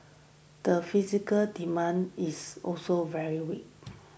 the physical demand is also very weak